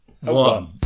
one